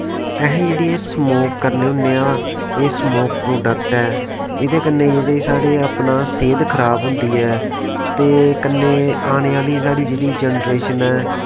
अस जेह्ड़ी एह् स्मोक करने होन्ने आं एह् स्मोक प्रोडक्ट ऐ इ'दे कन्नै जेह्ड़े साढ़े अपना सेह्त खराब होंदी ऐ ते कन्नै आने आह्ली साढ़ी जेह्ड़ी जनरेशन ऐ